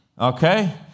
Okay